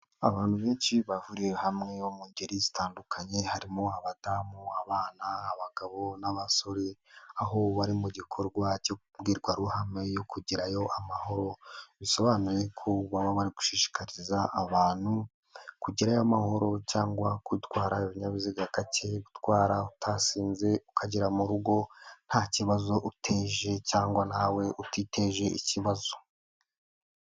Abantu benshi bahuriye hamwe mu ngeri zitandukanye. Harimo: abadamu, abana, abagabo n'abasore. Aho bari mu gikorwa k'imbwirwaruhame yo kugerayo amahoro. Bisobanuye ko baba bari gushishikariza abantu kugerayo amahoro cyangwa gutwara ibinyabiziga, gutwara utasinze ukagera mu rugo nta kibazo uteje cyangwa nawe utiteje ikibazo.